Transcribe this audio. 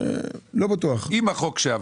עם החוק שעבר.